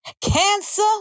cancer